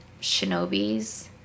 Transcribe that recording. Shinobis